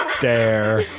Dare